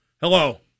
Hello